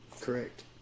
Correct